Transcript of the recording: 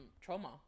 trauma